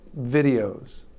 videos